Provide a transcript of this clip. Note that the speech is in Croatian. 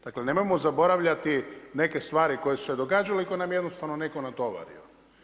Dakle nemojmo zaboravljati neke stvari koje su se događale i koje nam je jednostavno netko natovario.